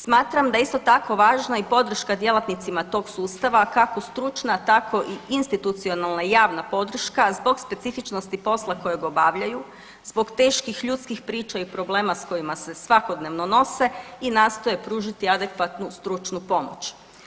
Smatram da je isto tako važna i podrška djelatnicima tog sustava, kako stručna tako i institucionalna javna podrška zbog specifičnosti posla kojeg obavljaju, zbog teških ljudskih priča i problema s kojima se svakodnevno nose i nastoje pružiti adekvatnu stručnu pomoć.